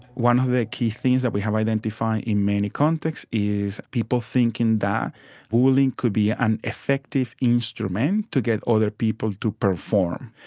one of the key things that we have identified in many contexts is people thinking that bullying could be an effective instrument to get other people to perform.